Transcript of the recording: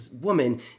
woman